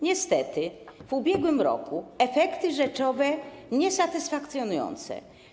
Niestety w ubiegłym roku efekty rzeczowe były niesatysfakcjonujące.